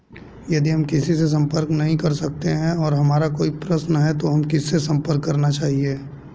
यदि हम किसी से संपर्क नहीं कर सकते हैं और हमारा कोई प्रश्न है तो हमें किससे संपर्क करना चाहिए?